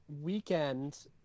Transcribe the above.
weekend